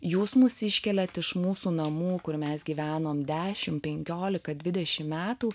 jūs mus iškeliat iš mūsų namų kur mes gyvenom dešim penkiolika dvidešim metų